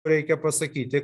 reikia pasakyti